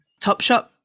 Topshop